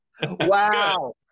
wow